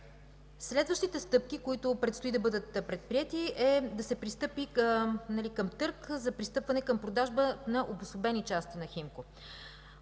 Следващите стъпки, които предстои да бъдат предприети, е да се пристъпи към търг за продажба на обособени части на „Химко”.